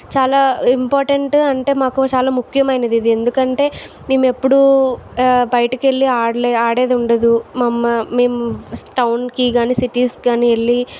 చాలా ఇంపార్టెంట్ అంటే మాకు చాలా ముఖ్యమైనది ఇది ఎందుకంటే మేము ఎప్పుడూ బయటికి వెళ్ళి ఆడలే ఆడేది ఉండదు మమ్మ మేము టౌన్కి గాని సిటీస్ కానీ వెళ్ళి